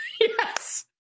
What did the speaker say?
Yes